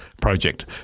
project